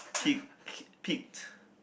tick pick